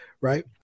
right